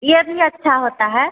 ये भी अच्छा होता है